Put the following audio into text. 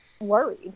worried